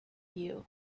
you